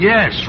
Yes